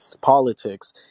politics